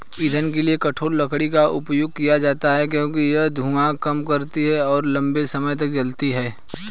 ईंधन के लिए कठोर लकड़ी का उपयोग किया जाता है क्योंकि यह धुआं कम करती है और लंबे समय तक जलती है